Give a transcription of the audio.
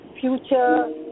future